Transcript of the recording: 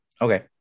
Okay